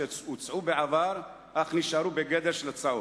שהוצעו בעבר אך נשארו בגדר הצעות,